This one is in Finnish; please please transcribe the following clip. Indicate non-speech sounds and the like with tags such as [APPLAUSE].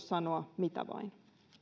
[UNINTELLIGIBLE] sanoa mitä vain